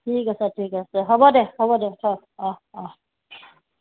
ঠিক আছে ঠিক আছে হ'ব দে হ'বদে অঁ অঁ